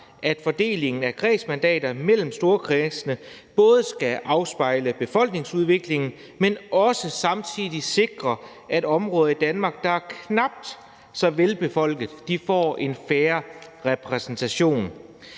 at fordelingen af kredsmandater mellem storkredsene både skal afspejle befolkningsudviklingen, men samtidig også skal sikre, at områder i Danmark, der er knap velbefolkede, får en fair repræsentation.